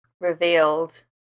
revealed